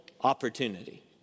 opportunity